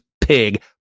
pig